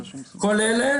כל אלה,